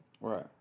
right